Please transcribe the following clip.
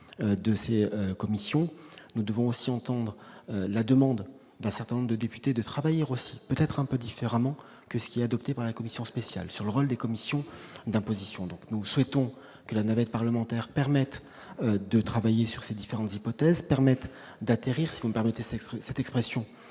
de ces commissions, nous devons aussi entendre la demande d'un certain nombre de députés de travailleurs aussi peut-être un peu différemment que ce qui est adopté par la commission spéciale sur le rôle des commissions d'imposition, donc nous souhaitons que la navette parlementaire permette de travailler sur ces différentes hypothèses permettent d'atterrir scolarité sexy cette expression